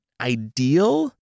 ideal